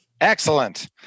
Excellent